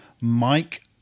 Mike